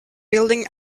building